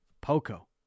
Poco